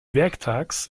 werktags